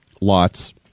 lots